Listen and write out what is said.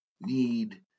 need